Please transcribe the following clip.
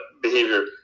behavior